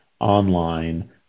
online